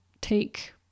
take